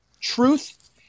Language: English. truth